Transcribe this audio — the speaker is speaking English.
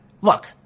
Look